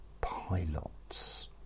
pilots